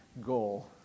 goal